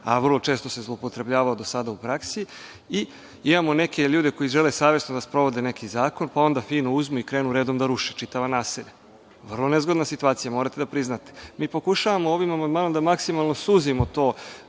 a vrlo često se zloupotrebljavao do sada u praksi i imamo neke ljude koji žele savesno da sprovode neki zakon, pa onda fino uzmu i krenu redom da ruše, čitava naselja. Vrlo nezgodna situacija, morate da priznate. Mi pokušavamo ovim amandmanom da maksimalno suzimo to